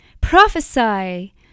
Prophesy